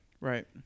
Right